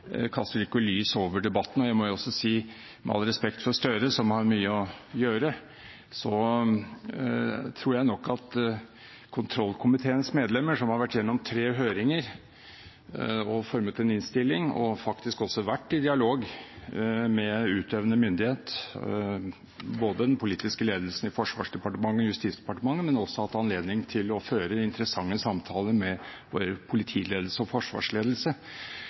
kaster de ikke lys over debatten. Jeg må jo også si – med all respekt for Gahr Støre som har mye å gjøre – at jeg tror nok at kontrollkomiteens medlemmer, som har vært gjennom tre høringer og formet en innstilling og faktisk også vært i dialog med utøvende myndighet, både den politiske ledelsen i Forsvarsdepartementet og i Justisdepartementet, men også hatt anledning til å føre interessante samtaler med både politiledelse og forsvarsledelse,